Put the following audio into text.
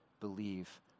believe